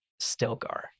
Stilgar